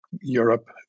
Europe